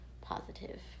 positive